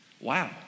Wow